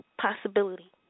possibility